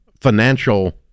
financial